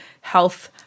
health